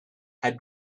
had